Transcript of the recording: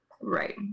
Right